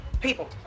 people